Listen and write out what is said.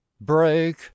break